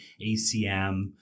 ACM